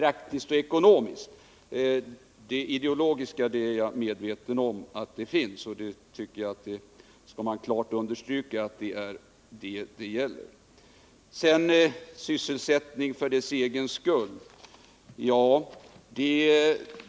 Att de ideologiska skälen finns är jag medveten om, och jag tycker att det klart bör understrykas att det är det saken gäller. Så till talet om sysselsättning för dess egen skull.